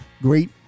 great